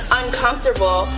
uncomfortable